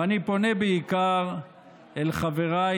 ואני פונה בעיקר אל חבריי